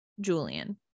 julian